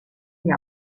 gli